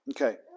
Okay